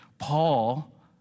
Paul